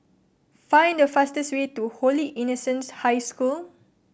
find the fastest way to Holy Innocents' High School